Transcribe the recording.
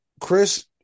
Chris